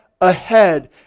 ahead